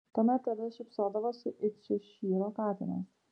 tuomet tedas šypsodavosi it češyro katinas